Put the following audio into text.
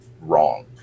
wrong